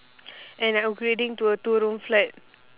and upgrading to a two room flat